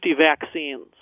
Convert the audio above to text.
vaccines